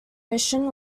mission